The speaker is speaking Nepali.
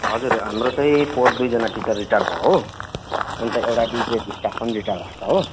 हजुर हाम्रो चाहिँ पोहोर दुईजाना टिचर रिटायर भयो हो अन्त एउटा डी ग्रेड स्टाफ पनि रिटायर भएको छ हो